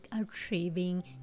achieving